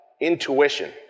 intuition